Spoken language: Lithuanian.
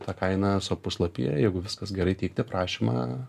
tą kainą eso puslapyje jeigu viskas gerai teikti prašymą